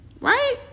right